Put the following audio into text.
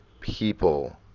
people